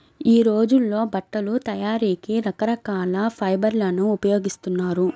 యీ రోజుల్లో బట్టల తయారీకి రకరకాల ఫైబర్లను ఉపయోగిస్తున్నారు